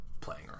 playing